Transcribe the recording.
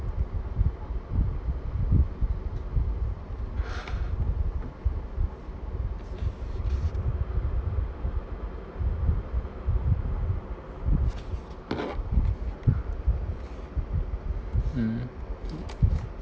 mm